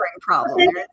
problem